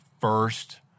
first